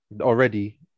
Already